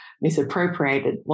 misappropriated